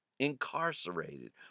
incarcerated